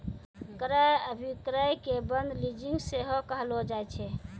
क्रय अभिक्रय के बंद लीजिंग सेहो कहलो जाय छै